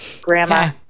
grandma